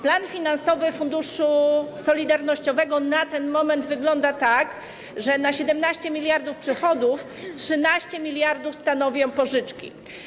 Plan finansowy Funduszu Solidarnościowego na ten moment wygląda tak, że na 17 mld przychodów 13 mln stanowią pożyczki.